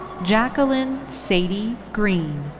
jacquilyn sadie green.